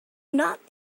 not